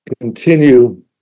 continue